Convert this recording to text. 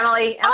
Emily